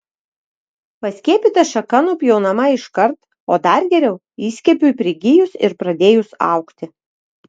paskiepyta šaka nupjaunama iškart o dar geriau įskiepiui prigijus ir pradėjus augti